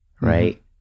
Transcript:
Right